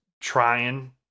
trying